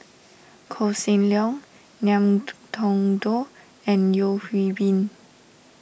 Koh Seng Leong Ngiam Tong Dow and Yeo Hwee Bin